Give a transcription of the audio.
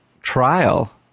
trial